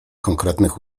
konkretnych